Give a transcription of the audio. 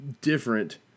different